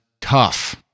tough